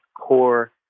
core